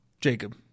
Jacob